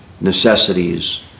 necessities